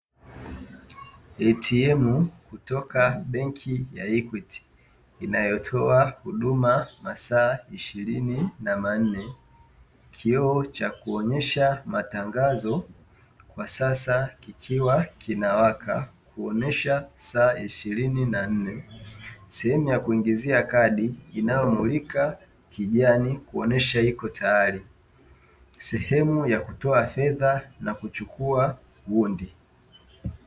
"ATM" kutoka benki ya "Equity" inayotoa huduma masaa ishirini na nne, kioo cha kuonyesha matangazo kwa sasa kikiwa kinawaka kuonyesha saa ishirini na nne sehemu ya kuingizia kadi inayomulika kijani kuonyesha iko tayari, sehemu ya kutoa na kuchukua hundi.